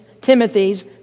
Timothy's